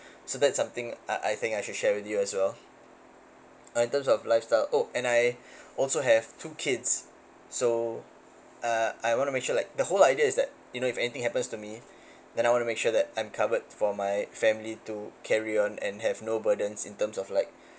so that's something I I think I should share with you as well in terms of lifestyle oh and I also have two kids so uh I wanna make sure like the whole idea is that you know if anything happens to me then I wanna make sure that I'm covered for my family to carry on and have no burdens in terms of like